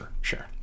sure